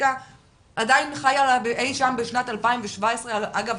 לסטטיסטיקה עדיין חיה לה אי-שם בשנת 2017 אגב,